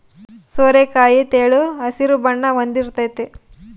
ಸೋರೆಕಾಯಿ ತೆಳು ಹಸಿರು ಬಣ್ಣ ಹೊಂದಿರ್ತತೆ